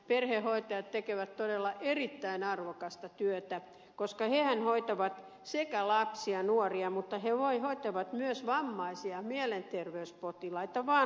perhehoitajat tekevät todella erittäin arvokasta työtä koska hehän hoitavat lapsia ja nuoria mutta he hoitavat myös vammaisia mielenterveyspotilaita ja vanhuksia